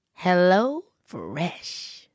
HelloFresh